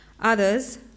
others